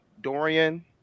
Dorian